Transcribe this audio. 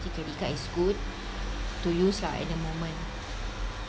S_M_R_T credit card is good to use lah at the moment